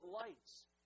lights